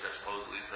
supposedly